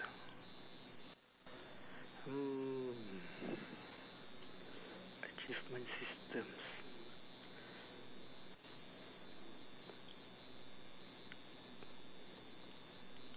hmm achievement systems